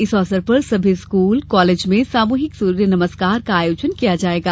इस अवसर पर सभी स्कूल कॉलेज में सामूहिक सूर्य नमस्कार का आयोजन किया जायेगा